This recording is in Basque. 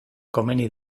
komeni